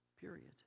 Period